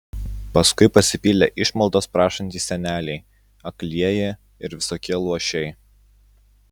paskui pasipylė išmaldos prašantys seneliai aklieji ir visokie luošiai